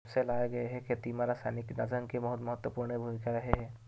जब से लाए गए हे, खेती मा रासायनिक कीटनाशक के बहुत महत्वपूर्ण भूमिका रहे हे